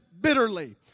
bitterly